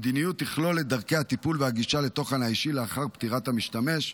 המדיניות תכלול את דרכי הטיפול והגישה לתוכן האישי לאחר פטירת המשתמש,